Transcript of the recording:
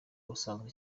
ubusanzwe